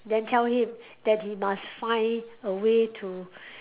then tell him that he must find a way to